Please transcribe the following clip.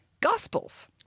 gospels